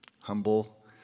humble